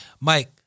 Mike